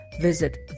visit